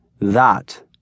That